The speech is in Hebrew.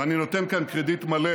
ואני נותן כאן קרדיט מלא